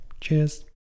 Cheers